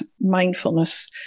mindfulness